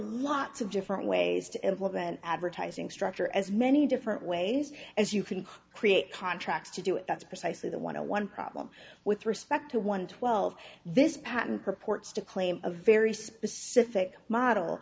lots of different ways to implement advertising structure as many different ways as you can create contracts to do it that's precisely the want to one problem with respect to one twelve this patent purports to claim a very specific model